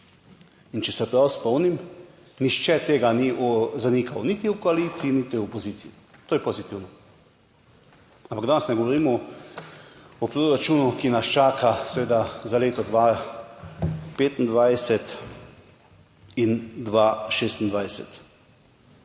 in če se prav spomnim, nihče tega ni zanikal, niti v koaliciji, niti v opoziciji. To je pozitivno. Ampak danes ne govorimo o proračunu, ki nas čaka, seveda, za leto, 2025 in 2026.